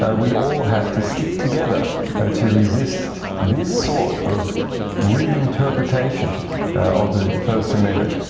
ah we all have to stick together to resist this sort of reinterpretation of the first amendment,